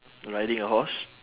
riding a horse